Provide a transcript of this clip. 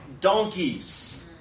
donkeys